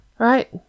Right